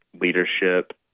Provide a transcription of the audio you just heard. leadership